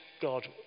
God